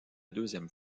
deuxième